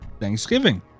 Thanksgiving